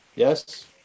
Yes